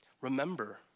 remember